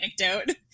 anecdote